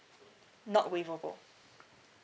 not waiverable